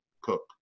cook